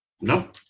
No